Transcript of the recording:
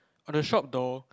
on the shop door